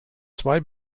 zwei